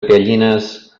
gallines